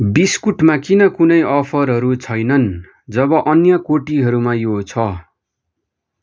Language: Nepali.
बिस्कुटमा किन कुनै अफरहरू छैनन् जब अन्य कोटीहरूमा यो छ